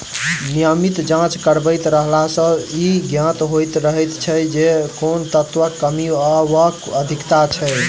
नियमित जाँच करबैत रहला सॅ ई ज्ञात होइत रहैत छै जे कोन तत्वक कमी वा अधिकता छै